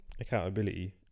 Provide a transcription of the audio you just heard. accountability